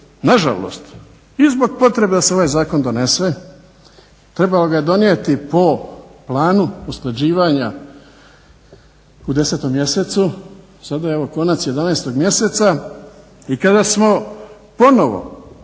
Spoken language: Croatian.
nažalost, i zbog potrebe da se ovaj zakon donese, trebalo ga je donijeti po planu usklađivanja u 10. mjesecu. Sada je evo konac 11. mjeseca i kada smo ponovo